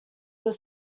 were